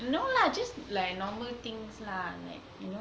no lah just like normal things lah you know